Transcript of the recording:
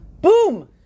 boom